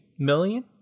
Million